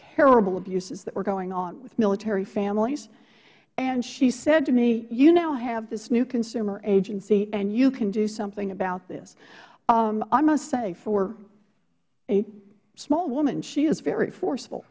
terrible abuses that were going on with military families and she said to me you now have this new consumer agency and you can do something about this i must say for a small woman she is very forceful